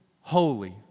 holy